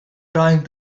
trying